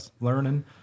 learning